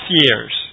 years